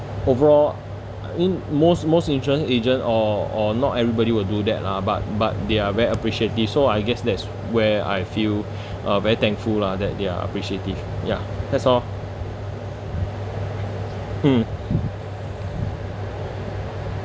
overall in most most insurance agent or or not everybody will do that lah but but they are very appreciate so I guess that's where I feel uh very thankful lah that they're appreciative ya that's all mm